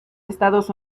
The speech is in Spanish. estados